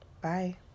Bye